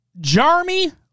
Jarmy